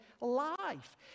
life